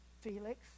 Felix